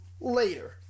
later